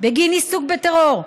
בגין עיסוק בטרור,